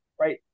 right